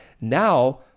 Now